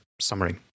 summary